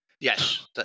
Yes